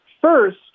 First